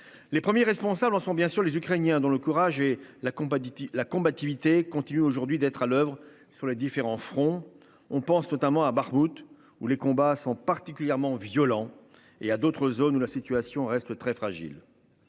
Les premiers responsables en sont bien sûr les Ukrainiens dont le courage et la combat, dit-il, la combativité continue aujourd'hui d'être à l'oeuvre sur les différents fronts, on pense notamment à Bakhmout, où les combats sont particulièrement violents et à d'autres zones où la situation reste très fragile.